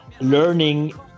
Learning